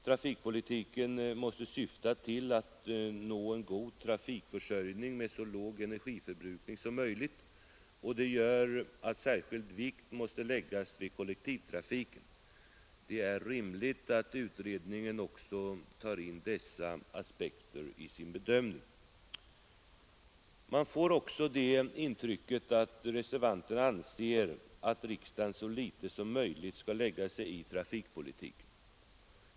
Trafikpolitiken måste syfta till att nå en god trafikförsörjning med så låg energiförbrukning som möjligt, och det gör att särskild vikt måste läggas vid kollektivtrafiken. Det är rimligt att utredningen också tar in dessa aspekter i sin bedömning. Man får det intrycket att reservanterna anser att riksdagen så litet som möjligt skall lägga sig i trafikpolitiken.